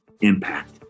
impact